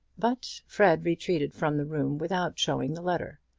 but fred retreated from the room without showing the letter.